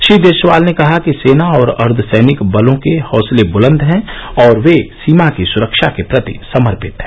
श्री देशवाल ने कहा कि सेना और अर्धसैनिक बलो के हौसले बुलद हैं और वे सीमा की सुरक्षा के प्रति समर्पित हैं